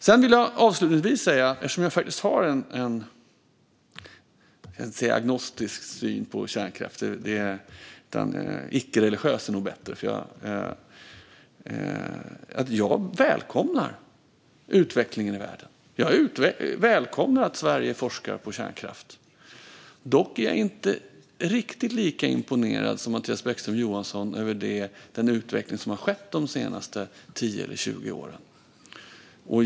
Avslutningsvis vill jag säga, eftersom jag faktiskt har en agnostisk, tänkte jag säga, men icke-religiös är nog bättre, syn på kärnkraft, att jag välkomnar utvecklingen i världen. Jag välkomnar att Sverige forskar på kärnkraft. Dock är jag inte riktigt lika imponerad som Mattias Bäckström Johansson av den utveckling som har skett de senaste 10 eller 20 åren.